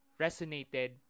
resonated